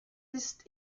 ist